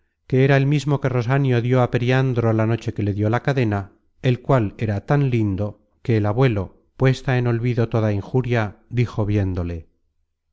que era el mismo que rosanio dió á periandro la noche que le dió la cadena el cual era tan lindo que el abuelo puesta en olvido toda injuria dijo viéndole